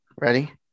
Ready